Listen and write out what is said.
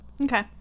Okay